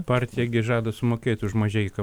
partija gi žada sumokėti už mažeiką